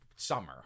summer